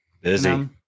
busy